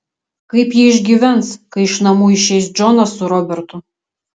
kaip ji išgyvens kai iš namų išeis džonas su robertu